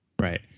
Right